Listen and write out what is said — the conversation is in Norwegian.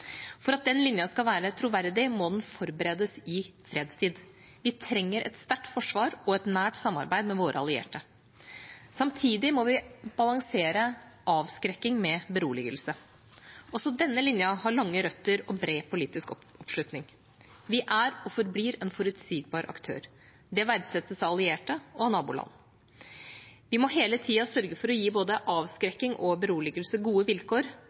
For at den linjen skal være troverdig, må den forberedes i fredstid. Vi trenger et sterkt forsvar og et nært samarbeid med våre allierte. Samtidig må vi balansere avskrekking med beroligelse. Også denne linjen har lange røtter og bred politisk oppslutning. Vi er og forblir en forutsigbar aktør. Det verdsettes av allierte og av naboland. Vi må hele tida sørge for å gi både avskrekking og beroligelse gode vilkår